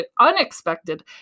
unexpected